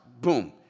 Boom